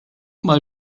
mal